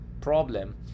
problem